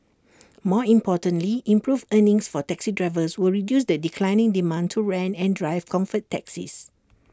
more importantly improved earnings for taxi drivers will reduce the declining demand to rent and drive comfort taxis